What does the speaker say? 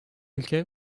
ülke